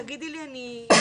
תגידי לי ואני אשב עליהם.